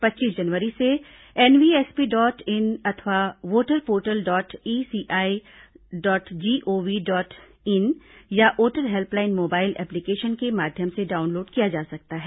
पच्चीस जनवरी से एनवीएसपी डॉट इन अथवा voter portal dot ECI dot GOV dot in या वोटर हेल्पलाइन मोबाइल एप्लीकेशन के माध्यम से डाउनलोड किया जा सकता है